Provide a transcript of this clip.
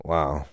Wow